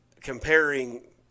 comparing